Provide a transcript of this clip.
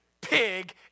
pig